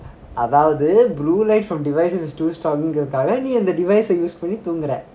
அதாவது:athavadhu blue light from devices is too strong ங்றதாலநீஅந்த:grathani antha device use பண்ணிதூங்குற:panni dhoongura